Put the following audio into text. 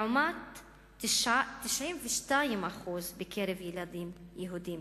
לעומת 92% בקרב ילדים יהודים.